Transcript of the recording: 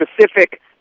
specific